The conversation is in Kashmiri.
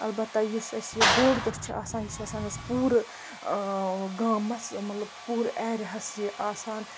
البتہ یُس اَسہِ یہِ بوٚڈ دۄہ چھِ آسان یہِ چھُ آسان اَسہِ پوٗرٕ گامَس مطلب پوٗرٕ ایریاہس یہِ آسان